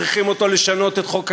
מכריחים אותו לשנות את חוק הגיוס,